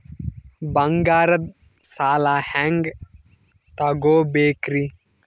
ಬಂಗಾರದ್ ಸಾಲ ಹೆಂಗ್ ತಗೊಬೇಕ್ರಿ?